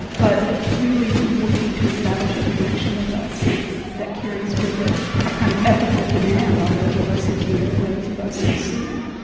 but really working to establish a connection with us that carries with it a kind of ethical demand on those of us who hear and those of us who see.